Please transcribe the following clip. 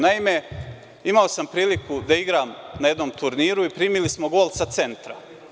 Naime, imao sam priliku da igram na jednom turniru i primili smo gol sa centra.